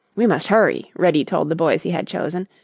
we must hurry, reddy told the boys he had chosen,